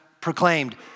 proclaimed